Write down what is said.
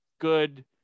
good